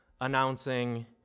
announcing